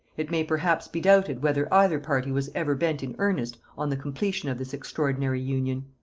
it may perhaps be doubted whether either party was ever bent in earnest on the completion of this extraordinary union.